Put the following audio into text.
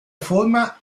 forma